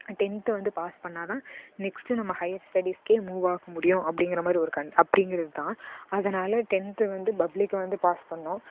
tenth வந்து pass பண்ணால் தான் நெக்ஸ்ட்டு நம்ம ஹையர் ஸ்டடீஸுக்கே மூவாக முடியும் அப்படிங்கிற மாதிரி ஒரு கன் அப்டிங்கிறது தான் அதனால் டென்த்து வந்து பப்ளிக் வந்து பாஸ் பண்ணோம்